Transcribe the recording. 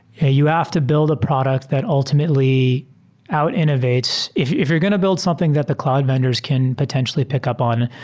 you have to build a product that ultimately out innovates. if if you're going to build something that the cloud vendors can potentially pick up on,